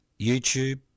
YouTube